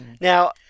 Now